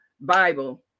Bible